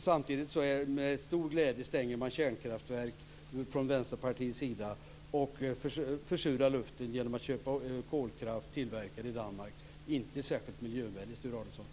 Samtidigt stänger man från Vänsterpartiets sida kärnkraftverk med stor glädje och försurar luften genom att köpa kolkraft tillverkad i Danmark. Det är inte särskilt miljövänligt, Sture Arnesson.